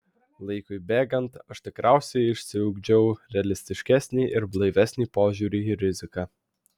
laikui bėgant aš tikriausiai išsiugdžiau realistiškesnį ir blaivesnį požiūrį į riziką